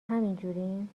همین